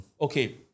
Okay